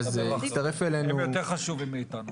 הצטרף אלינו --- הם יותר חשובים מאיתנו.